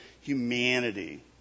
humanity